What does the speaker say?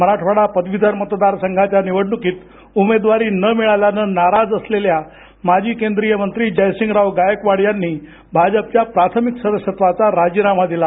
मराठवाडा पदवीधर मतदार संघाच्या निवडणुकीत उमेदवारी न मिळाल्याने नाराज असलेल्या माजी केंद्रीय मंत्री जयसिंगराव गायकवाड यांनी भाजपच्या प्राथमिक सदस्यत्वाचाही राजीनामा दिला